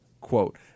quote